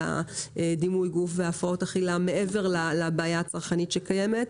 דימוי הגוף והפרעות האכילה מעבר לבעיה הצרכנית שקיימת.